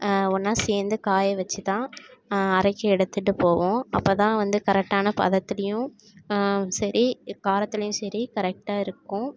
ஒன்னாக சேர்ந்து காய வெச்சி தான் அரைக்க எடுத்துட்டு போவோம் அப்போ தான் வந்து கரெக்டான பதத்துலேயும் சரி காரத்துலேயும் சரி கரெக்டாக இருக்கும்